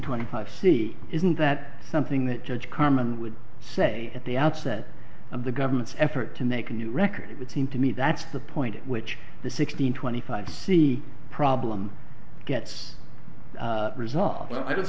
twenty five c isn't that something that judge carmen would say at the outset of the government's effort to make a new record it would seem to me that's the point at which the sixteen twenty five c problem gets results i don't